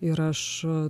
ir aš